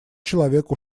человек